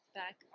back